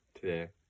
today